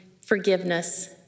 forgiveness